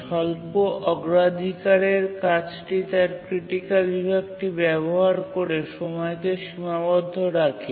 স্বল্প অগ্রাধিকারের কাজটি তার ক্রিটিকাল বিভাগটি ব্যবহার করে সময়কে সীমাবদ্ধ রাখে